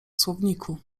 słowniku